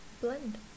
Blend